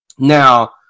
Now